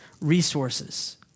resources